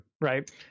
right